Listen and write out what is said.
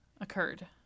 occurred